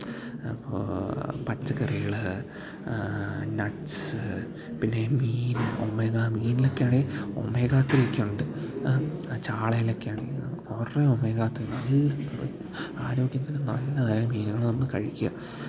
അപ്പോൾ പച്ചക്കറികൾ നട്ട്സ് പിന്നെ ഈ മീൻ ഒമേഗ മീനിലെക്കെയാണെ ഒമേഗാ ത്രീയെക്കെ ഉണ്ട് ചാളയിലൊക്കെ ആണെങ്കിൽ കുറേ ഒമേഗാ ത്രി നല്ല ആരോഗ്യത്തിന് നല്ലതായ മീനാണ് നമ്മൾ കഴിക്കുക